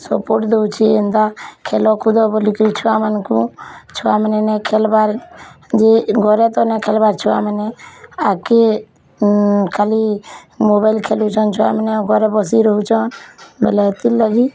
support ଦଉଛି ଏନ୍ତା ଖେଲକୁଦ ବୋଲିକି ଛୁଆମାନଙ୍କୁ ଛୁଆମାନେ ନାଇଁ ଖେଲ୍ବାର୍ ଯେ ଘରେ ତ ନାଇଁ ଖେଲ୍ବାର୍ ଛୁଆମାନେ ଆଗକେ ଖାଲି ମୋବାଇଲ୍ ଖେଲୁଛନ୍ ଛୁଆମାନେ ଆଉ ଘରେ ବସି ରହୁଛନ୍ ବୋଲେ ହେତିର୍ ଲାଗି